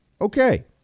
okay